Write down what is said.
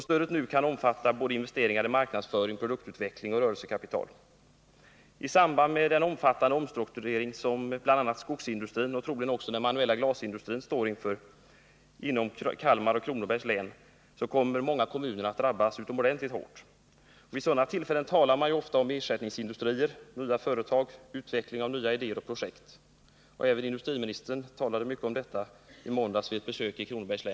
Stödet kan nu omfatta investeringar i såväl marknadsföring och produktutveckling som rörelsekapital. I samband med den omfattande omstrukturering som bl.a. skogsindustrin och troligen också den manuella glasindustrin står inför i Kronobergs och Kalmar län kommer många kommuner att drabbas utomordentligt hårt. Vid sådana tillfällen talas det ofta om ersättningsindustrier, nya företag, utveckling av nya idéer och projekt. Även industriministern talade mycket om detta i måndags vid ett besök i Kronobergs län.